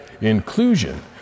inclusion